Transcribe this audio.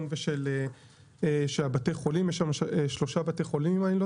ושל בתי החולים-יש שם שלושה בתי חולים אם אני לא